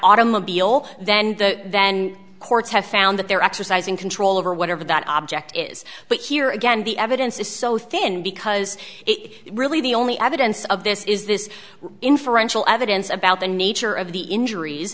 automobile then the then courts have found that they're exercising control over whatever that object is but here again the evidence is so thin because it really the only evidence of this is this inferential evidence about the nature of the injuries